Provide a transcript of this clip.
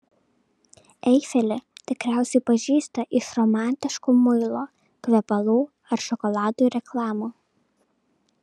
eifelį tikriausiai pažįsta iš romantiškų muilo kvepalų ar šokolado reklamų